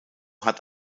hat